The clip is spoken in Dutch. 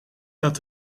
dat